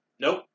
Nope